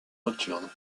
nocturne